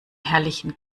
herrlichen